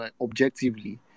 objectively